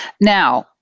Now-